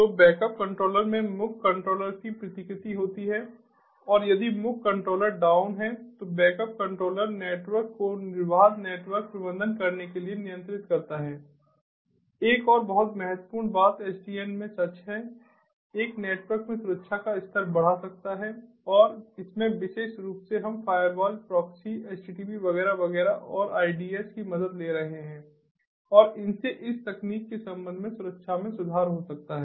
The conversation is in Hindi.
तो बैकअप कंट्रोलर में मुख्य कंट्रोलर की प्रतिकृति होती है और यदि मुख्य कंट्रोलर डाउन है तो बैकअप कंट्रोलर नेटवर्क को निर्बाध नेटवर्क प्रबंधन करने के लिए नियंत्रित करता है एक और बहुत महत्वपूर्ण बात SDN में सच है एक नेटवर्क में सुरक्षा का स्तर बढ़ा सकता है और इसमें विशेष रूप से हम फ़ायरवॉल प्रॉक्सी http वगैरह वगैरह और आईडीएस की मदद ले रहे हैं और इनसे इस तकनीक के संबंध में सुरक्षा में सुधार हो सकता है